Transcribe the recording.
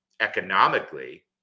economically